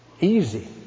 Easy